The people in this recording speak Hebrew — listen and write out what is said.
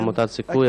עמותת סיכוי,